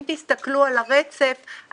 אם תסתכלו על הרצף,